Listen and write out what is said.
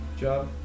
job